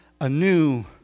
anew